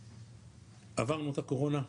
עברנו את הקורונה,